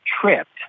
tripped